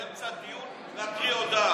אתמול עלה ניר אורבך באמצע דיון להקריא הודעה.